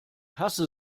hasse